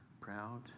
proud